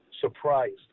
surprised